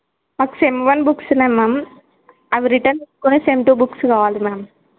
మాకు sem one books ఉన్నాయి ma'am అవి రిటర్న్ చేసుకుని సెమ్ టూ బుక్స్ కావాలి మ్యామ్